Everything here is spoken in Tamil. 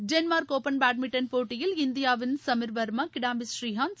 டென்மார்க் ஒப்பன் பேட்மிண்டன் போட்டியில் இந்தியாவின் சமிர் வர்மா கிடாம்பி புரீகாந்த்